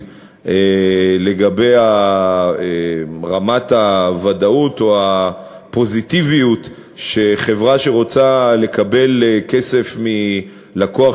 לגבי רמת הוודאות או הפוזיטיביות שחברה שרוצה לקבל כסף מלקוח